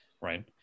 right